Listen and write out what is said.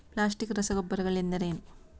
Plastic ರಸಗೊಬ್ಬರಗಳೆಂದರೇನು?